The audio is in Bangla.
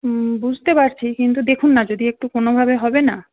হুম বুঝতে পারছি কিন্তু দেখুন না যদি একটু কোনোভাবে হবে না